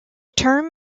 term